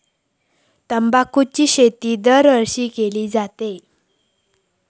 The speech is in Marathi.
तंबाखूची शेती दरवर्षी केली जाता